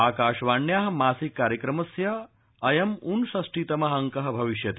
आकाशवाण्याः मासिक कार्यक्रमस्य अयम् ऊनषष्टितमः अंकः भविष्यति